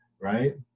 right